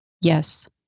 Yes